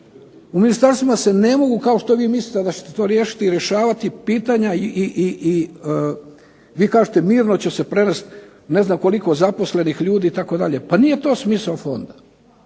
u ministarstvima se ne mogu kao što vi mislite da ćete to riješiti i rješavati pitanja i vi kažete mirno će se prevesti ne znam koliko zaposlenih ljudi itd. Pa nije to smisao fonda.